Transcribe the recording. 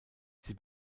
sie